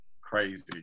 crazy